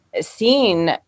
seeing